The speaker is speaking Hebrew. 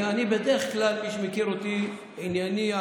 מי שמכיר אותי יודע שאני בדרך כלל ענייני.